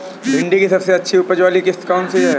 भिंडी की सबसे अच्छी उपज वाली किश्त कौन सी है?